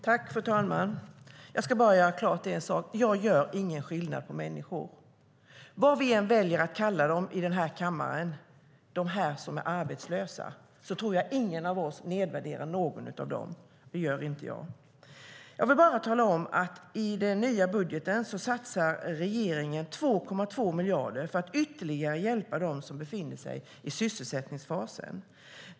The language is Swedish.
Fru talman! Jag ska göra klart en sak, nämligen att jag gör ingen skillnad på människor. Vad vi än väljer att kalla de arbetslösa i kammaren, tror jag ingen av oss nedvärderar dem. I den nya budgeten satsar regeringen 2,2 miljarder för att ytterligare hjälpa dem som befinner sig i sysselsättningsfasen.